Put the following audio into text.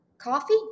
Coffee